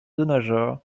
denaja